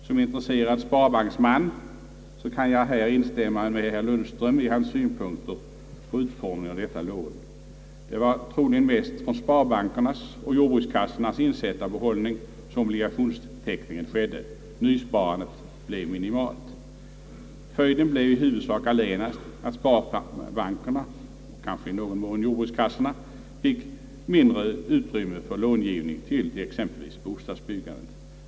Som intresserad sparbanksman kan jag här instämma med herr Lundström i hans synpunkter på utformningen av detta lån. Det var troligen mest från sparbankernas och jordbrukskassornas insättarbehållningar som obligationsteckningen skedde — nysparandet blev minimalt. Följden blev i huvudsak allenast att sparbankerna fick mindre utrymme för långivning till bostadsbyggandet.